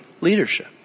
leadership